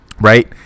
right